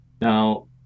now